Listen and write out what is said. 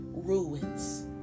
ruins